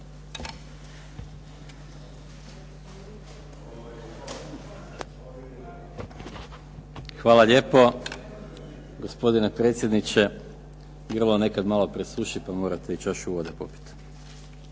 Hvala lijepo gospodine predsjedniče, grlo nekad malo presuši pa morate i čašu vode popit.